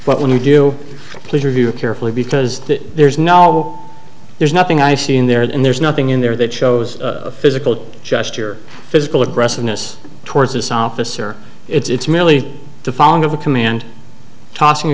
but when you do please review it carefully because there's no there's nothing i see in there and there's nothing in there that shows physical gesture physical aggressiveness towards this officer it's merely the following of a command tossing